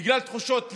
בגלל תחושות לב,